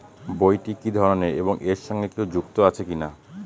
বইটি কি ধরনের এবং এর সঙ্গে কেউ যুক্ত আছে কিনা?